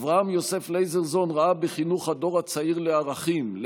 אברהם יוסף לייזרזון ראה בחינוך הדור הצעיר לערכים,